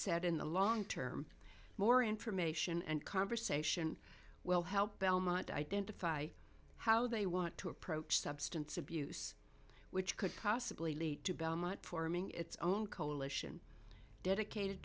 said in the long term more information and conversation will help belmont identify how they want to approach substance abuse which could possibly lead to forming its own coalition dedicated